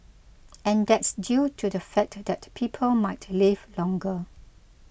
and that's due to the fact that people might live longer